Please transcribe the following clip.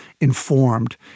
informed